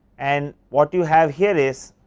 and what you have here is,